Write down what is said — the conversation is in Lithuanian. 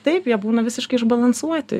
taip jie būna visiškai išbalansuoti